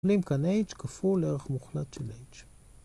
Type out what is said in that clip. ‫קבלים כאן h כפול ערך מוחלט של h.